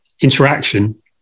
interaction